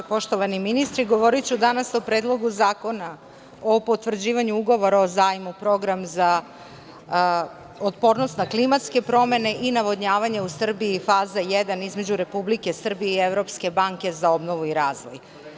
Poštovani ministri, govoriću danas o Predlogu zakona o potvrđivanju Ugovora o zajmu (Program za otpornost na klimatske promene i navodnjavanje u Srbiji, faza I), između Republike Srbije i Evropske banke za obnovu i razvoj.